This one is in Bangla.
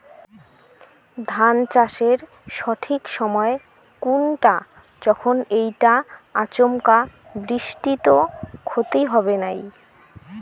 ধান চাষের সঠিক সময় কুনটা যখন এইটা আচমকা বৃষ্টিত ক্ষতি হবে নাই?